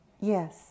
Yes